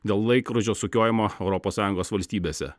dėl laikrodžio sukiojimo europos sąjungos valstybėse